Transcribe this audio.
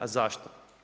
A zašto?